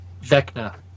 Vecna